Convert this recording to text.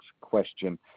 question